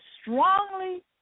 strongly